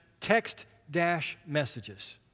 text-messages